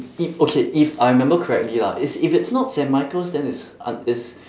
if okay if I remember correctly lah is if it's not saint michael's then it's uh it's